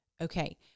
Okay